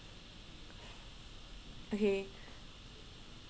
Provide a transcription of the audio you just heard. okay